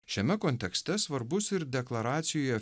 šiame kontekste svarbus ir deklaracijoje